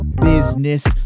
business